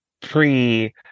pre